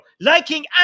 Liking